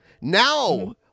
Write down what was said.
Now